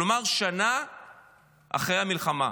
כלומר שנה אחרי המלחמה.